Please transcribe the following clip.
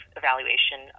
evaluation